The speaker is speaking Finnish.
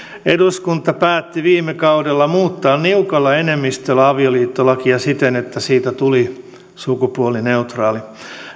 eduskunta päätti viime kaudella niukalla enemmistöllä muuttaa avioliittolakia siten että siitä tuli sukupuolineutraali